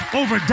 over